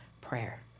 prayer